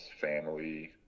family